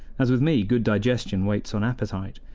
as with me good digestion waits on appetite,